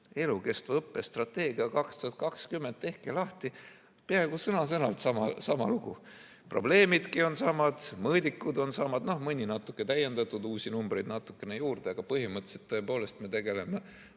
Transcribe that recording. "Elukestva õppe strateegia 2020" – tehke lahti! Peaaegu sõna-sõnalt sama lugu. Probleemidki on samad, mõõdikud on samad, mõni on natuke täiendatud, uusi numbreid on natukene juures, aga põhimõtteliselt me tegeleme